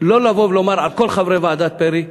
לא לבוא ולומר על כל חברי ועדת פרי,